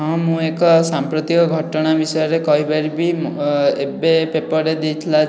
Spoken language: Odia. ହଁ ମୁଁ ଏକ ସାଂପ୍ରତିକ ଘଟଣା ବିଷୟରେ କହିପାରିବି ଏବେ ପେପରରେ ଦେଇଥିଲା ଯେ